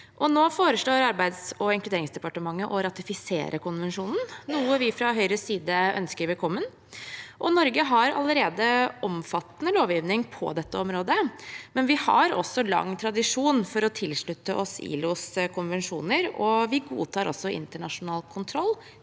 Nå foreslår Arbeids- og inkluderingsdepartementet å ratifisere konvensjonen, noe vi fra Høyres side ønsker velkommen. Norge har allerede omfattende lovgivning på dette området, men vi har også lang tradisjon for å tilslutte oss ILOs konvensjoner, og vi godtar også internasjonal kontroll